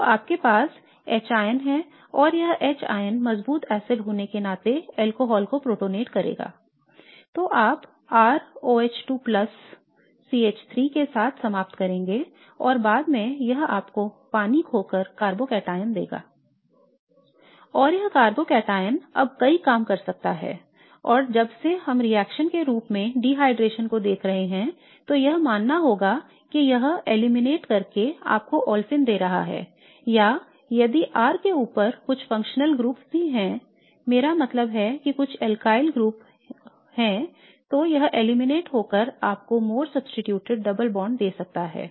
तो आपके पास H है और यह H मजबूत एसिड होने के नाते अल्कोहल को प्रोटोनेट करेगा I तो आप R OH2 CH3 के साथ समाप्त करेंगे और बाद में यह आपको पानी खोकर कार्बोकैटायन देगाI और यह कार्बोकैटायन अब कई काम कर सकता है और जब से हम रिएक्शन के रूप में निर्जलीकरण को देख रहे हैं तो यह मानना होगा कि यह एलिमिनेट करके आपको ओलेफिन दे रहा है या यदि R के ऊपर कुछ कार्यात्मक समूह भी हैं मेरा मतलब है कुछ अल्काईल समूह तो यह एलिमिनेट होकर आपको अधिक प्रतिस्थापित डबल बॉन्ड दे सकता है